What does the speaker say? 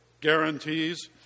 guarantees